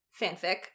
fanfic